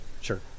sure